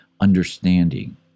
understanding